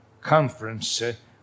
conference